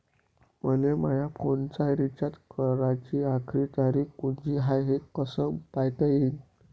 मले माया फोनचा रिचार्ज कराची आखरी तारीख कोनची हाय, हे कस पायता येईन?